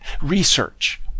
research